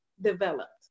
developed